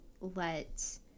let